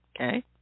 okay